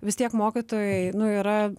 vis tiek mokytojai nu yra